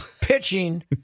pitching